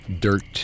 dirt